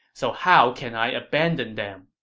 so how can i abandon them?